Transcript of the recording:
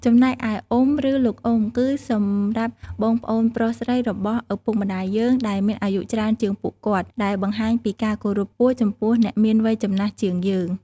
ចំណែកឯ អ៊ំ ឬលោកអ៊ំ គឺសម្រាប់បងប្អូនប្រុសស្រីរបស់ឪពុកម្ដាយយើងដែលមានអាយុច្រើនជាងពួកគាត់ ដែលបង្ហាញពីការគោរពខ្ពស់ចំពោះអ្នកមានវ័យចំណាស់ជាងយើង។